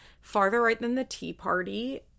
farther-right-than-the-tea-party